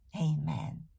Amen